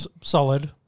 solid